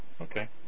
Okay